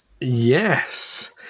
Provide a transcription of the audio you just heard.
Yes